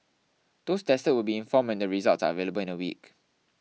those tested will be informed when the results are available in a week